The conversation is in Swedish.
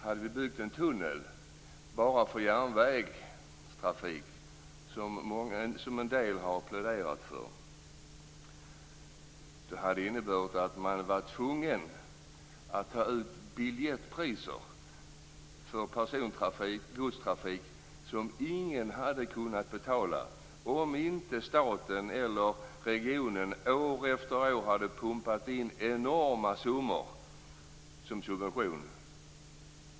Hade vi byggt en tunnel bara för järnvägstrafik, som en del har pläderat för, hade vi varit tvungna att ta ut biljettpriser för persontrafik och godstrafik som ingen hade kunnat betala om inte staten eller regionen år efter år hade pumpat in enorma summor i subventioner.